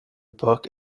book